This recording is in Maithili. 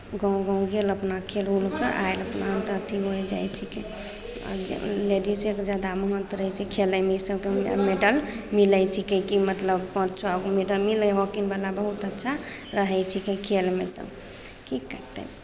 गाँव गाँव गेल अपना खेल उल कऽ आयल अपना उधर टीम उएह जाइ छिकै लेडीजेके जादा महत्व रहै छिकै खेलयमे इसभके मैडल मिलै छिकै कि मतलब पाँच छओ गो मैडल मिलै हॉकीवला बहुत अच्छा रहै छिकै खेलमे तऽ की करतै